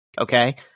Okay